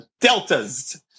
deltas